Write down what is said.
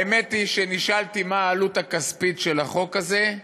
האמת היא שנשאלתי מה העלות הכספית של החוק הזה.